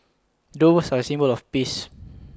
doves are A symbol of peace